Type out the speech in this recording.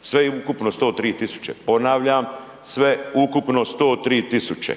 Sveukupno 103 tisuće, ponavljam sveukupno 103 tisuće.